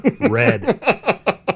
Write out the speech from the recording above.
Red